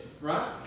Right